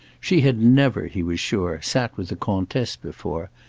she had never, he was sure, sat with a comtesse before,